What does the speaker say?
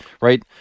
right